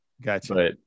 Gotcha